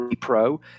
pro